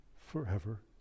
forever